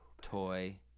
toy